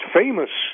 famous